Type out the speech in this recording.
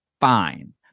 fine